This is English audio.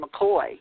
McCoy